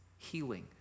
healing